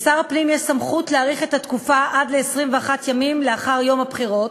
לשר הפנים יש סמכות להאריך את התקופה עד 21 ימים לאחר יום הבחירות,